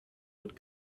would